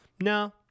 No